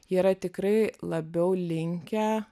jie yra tikrai labiau linkę